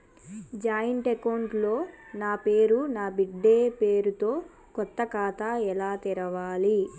Joint account లో నా పేరు నా బిడ్డే పేరు తో కొత్త ఖాతా ఎలా తెరవాలి?